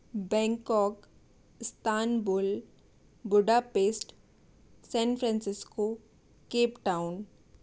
Bangkok Istanbul Budapest San Francisco Cape town